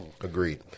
Agreed